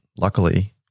Luckily